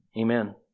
Amen